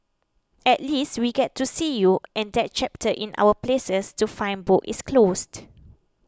at least we get to see you and that chapter in our places to find book is closed